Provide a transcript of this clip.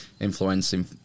influencing